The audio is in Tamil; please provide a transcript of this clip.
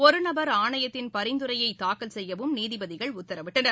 ஒருநபர் ஆணையத்தின் பரிந்துரையை தாக்கல் செய்யவும் நீதிபதிகள் உத்தரவிட்டனர்